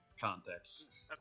context